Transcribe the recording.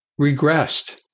regressed